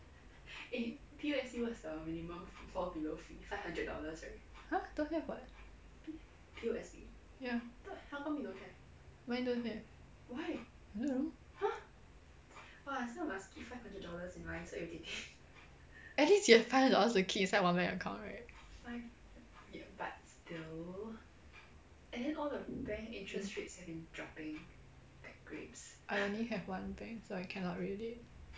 !huh! don't have [what] ya mine don't have I don't know at least you have five hundred dollars to keep inside one bank account right I only have one bank so I cannot relate